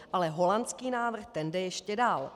Ale holandský návrh, ten jde ještě dál.